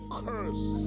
curse